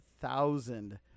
thousand